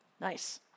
Nice